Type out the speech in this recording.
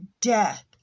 death